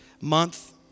month